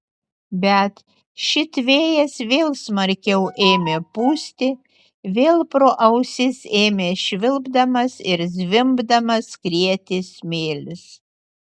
bet šit vėjas vėl smarkiau ėmė pūsti vėl pro ausis ėmė švilpdamas ir zvimbdamas skrieti smėlis